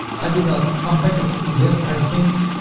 i did not unpack it yet i think.